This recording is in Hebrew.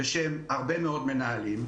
בשם הרבה מאוד מנהלים,